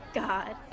god